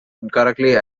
incorrectly